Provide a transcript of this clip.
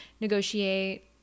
negotiate